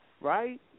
right